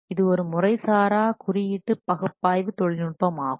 இது ஒரு முறைசாரா குறியீடு பகுப்பாய்வு தொழில்நுட்பமாகும்